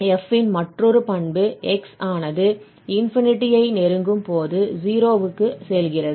f இன் மற்றொரு பண்பு x ஆனது ஐ நெருங்கும்போது 0 க்கு செல்கிறது